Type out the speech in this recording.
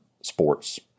sports